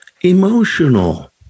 emotional